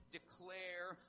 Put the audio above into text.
declare